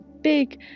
big